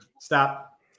Stop